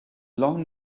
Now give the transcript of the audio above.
long